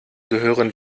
gehören